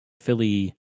philly